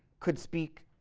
could speak